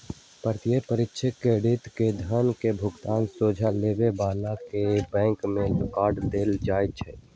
प्रत्यक्ष क्रेडिट में धन के भुगतान सोझे लेबे बला के बैंक में कऽ देल जाइ छइ